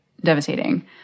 devastating